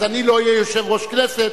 אז אני לא אהיה יושב-ראש כנסת,